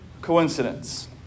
coincidence